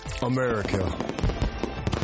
America